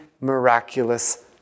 miraculous